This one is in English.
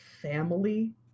family